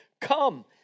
Come